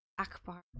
akbar